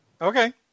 Okay